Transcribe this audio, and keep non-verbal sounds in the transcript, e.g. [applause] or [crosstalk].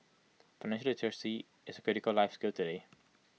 [unintelligible] literacy is A critical life skill today